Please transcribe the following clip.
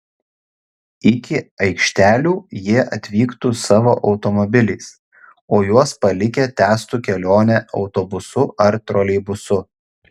iki aikštelių jie atvyktų savo automobiliais o juos palikę tęstų kelionę autobusu ar troleibusu